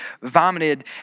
vomited